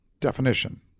definition